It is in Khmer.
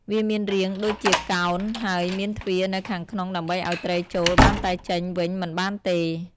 វាមានរាងដូចជាកោណហើយមានទ្វារនៅខាងក្នុងដើម្បីឲ្យត្រីចូលបានតែចេញវិញមិនបានទេ។